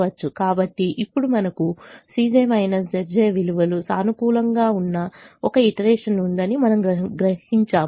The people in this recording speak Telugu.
కాబట్టి ఇప్పుడు మనకు విలువలు సానుకూలంగా ఉన్న ఒక ఈటరేషన్ ఉందని మనము గ్రహించాము